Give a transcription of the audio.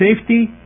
safety